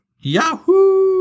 yahoo